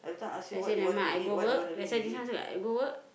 so I say never mind I go work so I say I go work